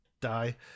Die